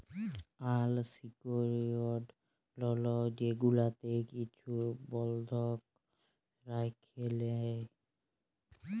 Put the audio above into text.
আল secured লল যেগুলাতে কিছু বল্ধক রাইখে লেই